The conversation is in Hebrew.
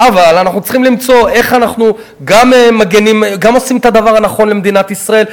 אבל אנחנו צריכים למצוא איך אנחנו עושים את הדבר הנכון למדינת ישראל,